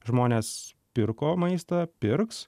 žmonės pirko maistą pirks